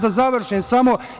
Da završim samo.